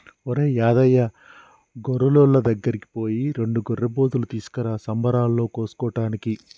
ఒరేయ్ యాదయ్య గొర్రులోళ్ళ దగ్గరికి పోయి రెండు గొర్రెపోతులు తీసుకురా సంబరాలలో కోసుకోటానికి